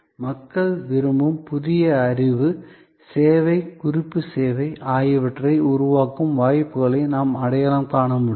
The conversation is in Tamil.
மக்கள் விரும்பும் புதிய அறிவு சேவை குறிப்பு சேவை ஆகியவற்றை உருவாக்கும் வாய்ப்புகளை நாம் அடையாளம் காண முடியும்